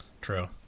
True